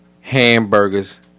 hamburgers